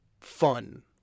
fun